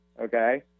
Okay